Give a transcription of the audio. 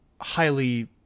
highly